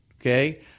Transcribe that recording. okay